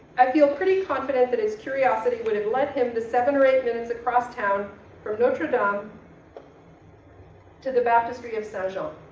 i feel pretty confident that his curiosity would have led him to seven or eight minutes across town from notre-dame um to the baptistry of saint-jean.